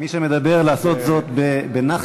מי שמדבר, לעשות זאת בנחת.